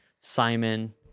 Simon